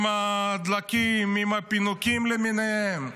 עם דלקים, עם פינוקים למיניהם.